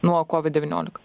nuo covid devyniolika